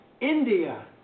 India